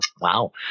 Wow